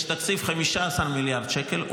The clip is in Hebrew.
יש תקציב של 15 מיליארד שקל,